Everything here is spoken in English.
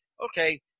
Okay